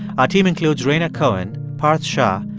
our team includes rhaina cohen, parth shah,